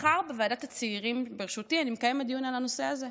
מחר בוועדת הצעירים בראשותי אני מקיימת דיון על הנושא הזה,